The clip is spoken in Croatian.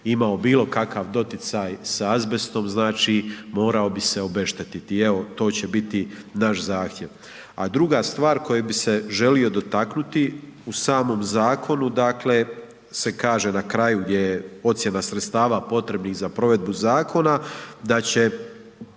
imao bilo kakav doticaj sa azbestom znači morao bi se obeštetiti. I evo to će biti naš zahtjev. A druga stvar koje bih se želio dotaknuti u samom zakonu dakle se kaže na kraju gdje je ocjena sredstava potrebnih za provedbu zakona da će